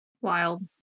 Wild